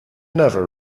never